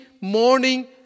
morning